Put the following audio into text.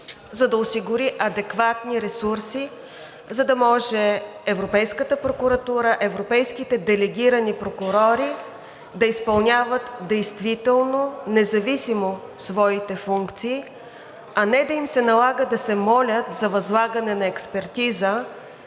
за да осигури адекватни ресурси, за да могат Европейската прокуратура, европейските делегирани прокурори да изпълняват действително независимо своите функции, а не да им се налага да се молят за възлагане на експертиза